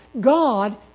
God